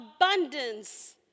abundance